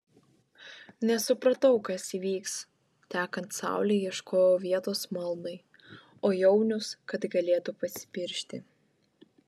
nesupratau kas įvyks tekant saulei ieškojau vietos maldai o jaunius kad galėtų pasipiršti